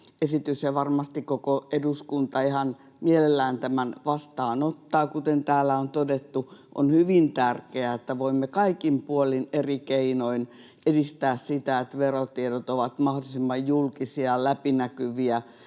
ja varmasti koko eduskunta ihan mielellään tämän vastaanottaa, kuten täällä on todettu. On hyvin tärkeää, että voimme kaikin puolin eri keinoin edistää sitä, että verotiedot ovat mahdollisimman julkisia ja läpinäkyviä.